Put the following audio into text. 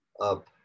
up